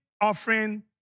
offering